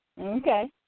Okay